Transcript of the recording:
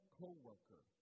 co-worker